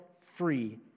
free